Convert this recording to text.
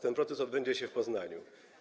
Ten proces odbędzie się w Poznaniu.